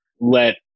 let